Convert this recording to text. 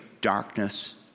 darkness